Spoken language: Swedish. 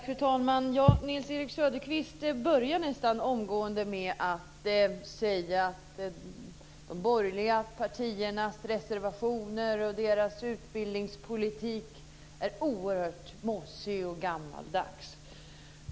Fru talman! Nils-Erik Söderqvist började nästan omgående med att säga att de borgerliga partiernas reservationer är oerhört mossiga och gammaldags, liksom hela deras utbildningspolitik.